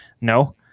No